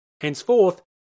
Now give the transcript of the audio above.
Henceforth